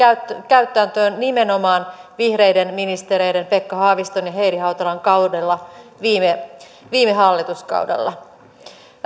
täytäntöön nimenomaan vihreiden ministereiden pekka haaviston ja heidi hautalan kaudella viime viime hallituskaudella